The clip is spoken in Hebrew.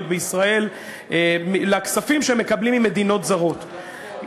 בישראל בכספים שהן מקבלות ממדינות זרות,